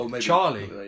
Charlie